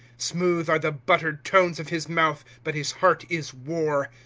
smooth are the buttered tones of his mouth, but his heart is war.